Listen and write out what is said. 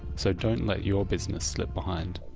so don't let your business slip behind.